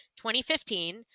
2015